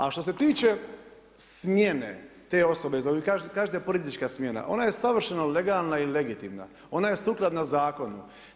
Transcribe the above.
A što se tiče smjene te osobe, kažete politička smjena, ona je savršeno legalna i legitimna, ona je sukladna zakonu.